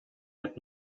had